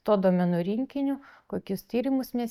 tuo duomenų rinkiniu kokius tyrimus mes